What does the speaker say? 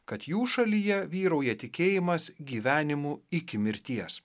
kad jų šalyje vyrauja tikėjimas gyvenimu iki mirties